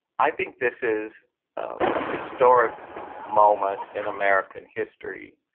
i think this is a historic moment in american history.